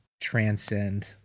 transcend